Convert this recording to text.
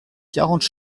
quarante